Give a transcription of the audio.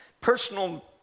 personal